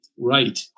right